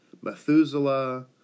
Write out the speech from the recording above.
Methuselah